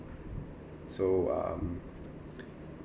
so um